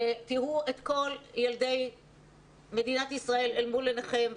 תראו את כל ילדי מדינת ישראל אל מול עיניכם,